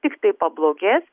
tiktai pablogės